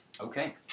Okay